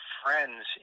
friends